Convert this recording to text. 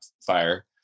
fire